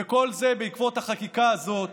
וכל זה בעקבות החקיקה הזאת